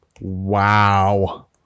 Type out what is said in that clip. Wow